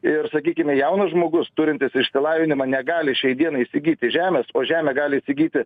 ir sakykime jaunas žmogus turintis išsilavinimą negali šiai dienai įsigyti žemės o žemę gali įsigyti